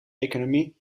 economie